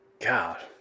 God